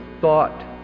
thought